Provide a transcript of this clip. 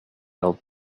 old